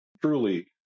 truly